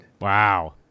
Wow